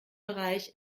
bereich